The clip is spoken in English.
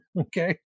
Okay